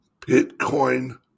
Bitcoin